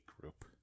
group